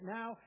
now